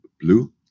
blue